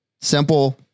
simple